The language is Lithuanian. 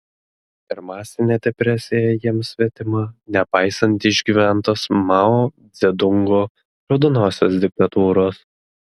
ir masinė depresija jiems svetima nepaisant išgyventos mao dzedungo raudonosios diktatūros